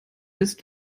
ist